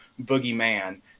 boogeyman